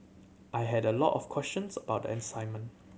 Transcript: I had a lot of questions about assignment